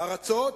בארצות